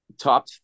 top